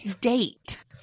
date